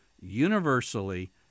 universally